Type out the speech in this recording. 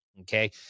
Okay